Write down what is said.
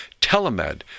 telemed